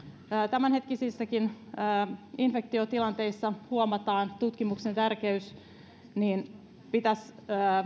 tämänhetkisissäkin infektiotilanteissa huomataan tutkimuksen tärkeys joten pitäisi